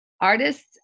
artists